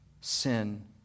sin